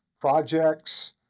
projects